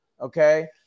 okay